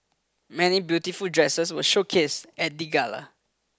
many beautiful dresses were showcased at the gala